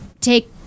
take